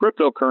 cryptocurrency